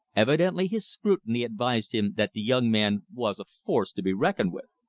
evidently his scrutiny advised him that the young man was a force to be reckoned with.